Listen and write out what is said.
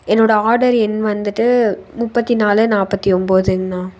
என்னோடய ஆடர் எண் வந்துட்டு முப்பத்தி நாலு நாற்பத்தி ஒன்போதுங்ண்ணா